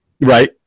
Right